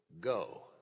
go